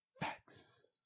Facts